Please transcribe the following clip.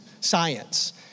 science